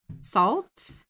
salt